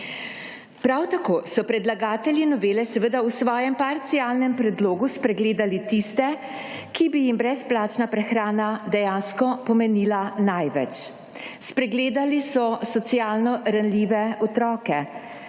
Prav tako so predlagatelji novele seveda v svojem parcialnem predlogu spregledali tiste, ki bi jim brezplačna prehrana dejansko pomenila največ, spregledali so socialno ranljive otroke.